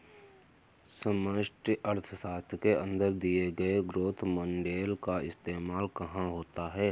समष्टि अर्थशास्त्र के अंदर दिए गए ग्रोथ मॉडेल का इस्तेमाल कहाँ होता है?